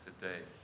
today